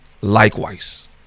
likewise